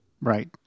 Right